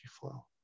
flow